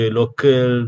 local